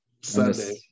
Sunday